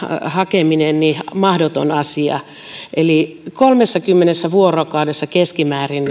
hakeminen ei ole mahdoton asia kolmessakymmenessä vuorokaudessa keskimäärin